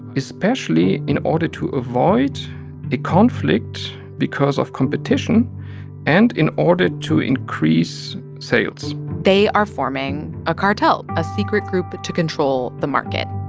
especially in order to avoid a conflict because of competition and in order to increase sales they are forming a cartel, a secret group to control the market,